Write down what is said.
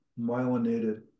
myelinated